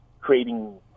creating